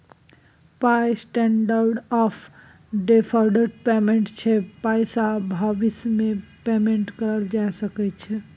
पाइ standard of deferred payment छै पाइसँ भबिस मे पेमेंट कएल जा सकै छै